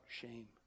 shame